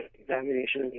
examination